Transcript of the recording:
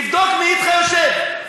תבדוק מי אתך יושב.